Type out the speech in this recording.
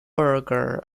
berger